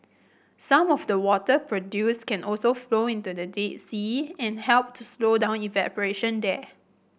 some of the water produced can also flow into the Dead Sea and help to slow down evaporation there